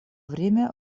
время